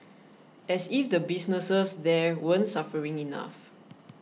as if the businesses there weren't suffering enough